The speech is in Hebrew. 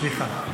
סליחה.